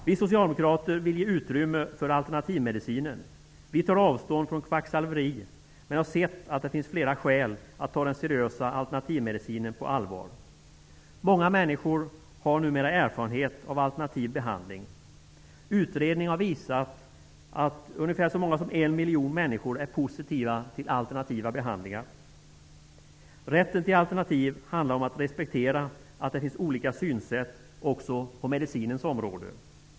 Vi socialdemokrater vill ge utrymme för alternativmedicinen. Vi tar avstånd från kvacksalveri, men har sett att det finns flera skäl att ta den seriösa alternativmedicinen på allvar. Många människor har numera erfarenhet av alternativ behandling. Utredningar har visat att ungefär så många som 1 miljon människor är positiva till alternativa behandlingsformer. Rätten till alternativ handlar om att respektera att det finns olika synsätt också på medicinens område.